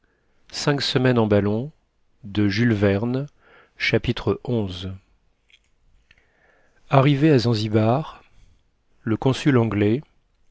xi arrivée à zanzibar le consul anglais